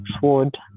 sword